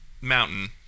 mountain